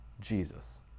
Jesus